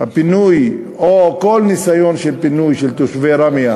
שהפינוי או כל ניסיון של פינוי של תושבי ראמיה